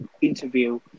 interview